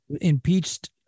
impeached